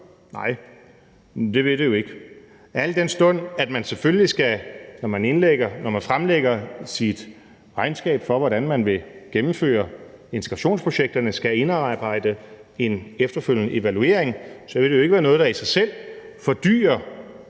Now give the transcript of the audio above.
Nej, det vil det jo ikke. Al den stund at man selvfølgelig, når man fremlægger sit regnskab for, hvordan man vil gennemføre integrationsprojekterne, skal indarbejde en efterfølgende evaluering, vil det jo ikke være noget, der i sig selv fordyrer